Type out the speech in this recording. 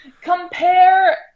compare